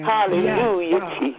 Hallelujah